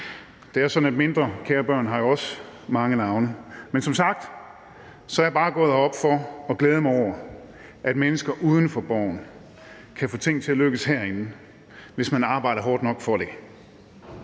Det er sådan, at mindre kære børn jo også har mange navne. Men som sagt er jeg bare gået herop for at glæde mig over, at mennesker uden for Borgen kan få ting til at lykkes herinde, hvis man arbejder hårdt nok for det.